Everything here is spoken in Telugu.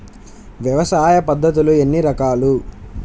వ్యవసాయ పద్ధతులు ఎన్ని రకాలు?